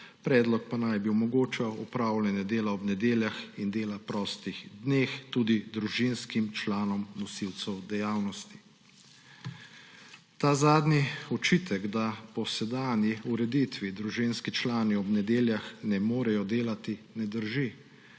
predlog pa naj bi omogočal opravljanje dela ob nedeljah in dela prostih dneh tudi družinskim članom nosilcev dejavnosti. Ta zadnji očitek, da po sedanji ureditvi družinski člani ob nedeljah ne morejo delati, ne drži,